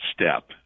step